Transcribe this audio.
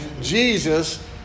Jesus